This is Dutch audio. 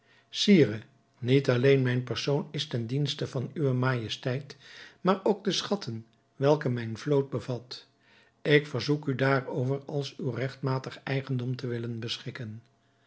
sire niet alleen mijn persoon is ten dienste van uwe majesteit maar ook de schatten welke mijn vlot bevat ik verzoek u daarover als uw regtmatig eigendom te willen beschikken